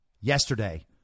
yesterday